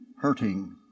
hurting